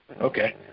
okay